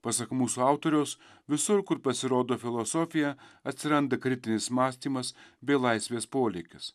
pasak mūsų autoriaus visur kur pasirodo filosofija atsiranda kritinis mąstymas bei laisvės polėkis